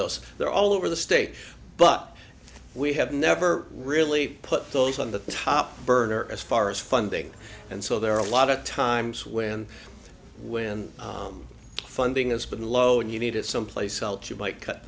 those there are all over the state but we have never really put those on the top burner as far as funding and so there are a lot of times when when funding has been low and you need it someplace else you might cut